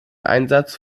einsatz